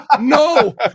no